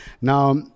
Now